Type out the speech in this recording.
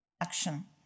action